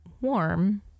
warm